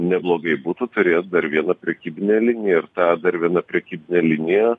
neblogai būtų turėt dar vieną prekybinę liniją ir tą dar viena prekybinė linija